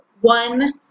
one